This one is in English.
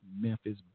Memphis